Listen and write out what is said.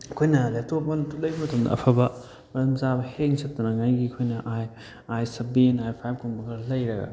ꯑꯩꯈꯣꯏꯅ ꯂꯦꯞꯇꯣꯞ ꯑꯃ ꯂꯩꯕ ꯃꯇꯝꯗ ꯑꯐꯕ ꯃꯔꯝ ꯆꯥꯕ ꯍꯦꯡ ꯆꯠꯇꯅꯤꯡꯉꯥꯏꯒꯤ ꯑꯩꯈꯣꯏꯅ ꯑꯥꯏ ꯑꯥꯏ ꯁꯕꯦꯟ ꯑꯥꯏ ꯐꯥꯏꯕ ꯀꯨꯝꯕ ꯈꯔ ꯂꯩꯔꯒ